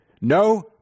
no